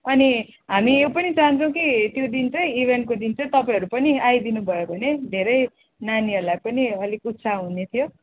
अनि हामी यो पनि चाहन्छौँ कि त्यो दिन चाहिँ इभेन्टको दिन चाहिँ तपाईँहरू पनि आइदिनु भयो भने धेरै नानीहरूलाई पनि अलिक उत्साह हुने थियो